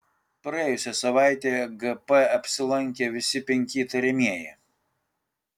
praėjusią savaitę gp apsilankė visi penki įtariamieji